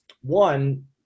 One